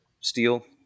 Steel